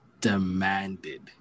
demanded